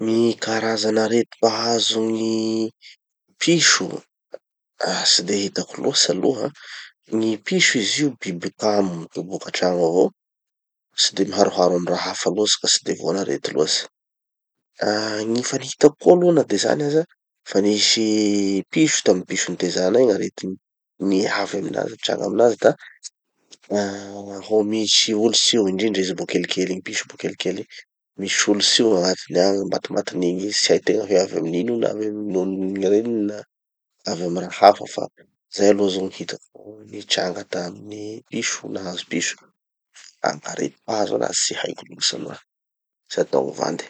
Gny karazan'arety mpahazo gny piso. Ah, tsy de hitako loatsy aloha. Gny piso izy io biby kamo, toboky antrano avao. Tsy de miharoharo amy raha hafa loatsy ka tsy de voan'arety loatsy. Ah, gny fa nihitako koa aloha na de zany aza, fa nisy piso tamy piso nitezanay gny aretiny, niavy aminazy nitranga aminazy da, aah, ho misy olotsy io indrindra izy mbo kelikely igny piso mbo kelikely igny, misy olotsy io gn'agnatiny agny, matimatin'igny izy tsy haitegna hoe avy aminino io na avy amy nonon'ny gny reniny na avy amy raha hafa fa zay aloha zao gny hitako nitranga tamin'ny piso nahazo piso. Arety mpahazo anazy tsy haiko loatsy aloha, tsy atao gny vandy.